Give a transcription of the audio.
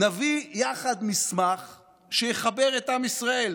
נביא יחד מסמך שיחבר את עם ישראל.